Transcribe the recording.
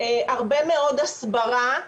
הרבה מאוד הסברה.